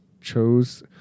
chose